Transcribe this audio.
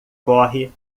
corre